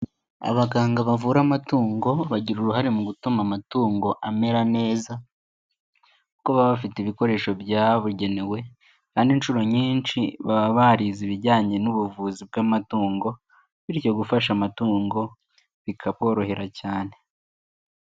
Abaganga bavura amatungo bagira uruhare mu gutuma amatungo amera neza, kuko baba bafite ibikoresho byabugenewe kandi inshuro nyinshi baba barize ibijyanye n'ubuvuzi bw'amatungo, bityo gufasha amatungo bikaborohera cyane.